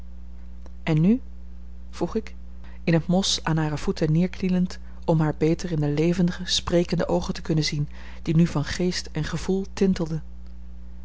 en nu vroeg ik in het mos aan hare voeten neerknielend om haar beter in de levendige sprekende oogen te kunnen zien die nu van geest en gevoel tintelden